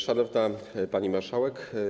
Szanowna Pani Marszałek!